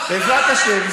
בעזרת השם.